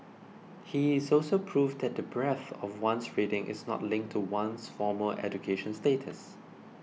he is also proof that the breadth of one's reading is not linked to one's formal education status